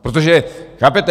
Protože chápete?